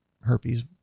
herpes